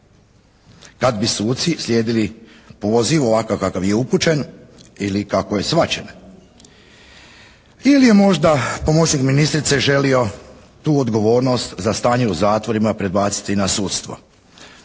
kad bi suci slijedili poziv ovakav kakav je upućen ili kako je shvaćen. Ili je možda pomoćnim ministrice želio tu odgovornost za stanje u zatvorima prebaciti na sudstvo.